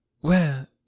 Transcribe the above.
Where